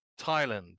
Thailand